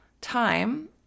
time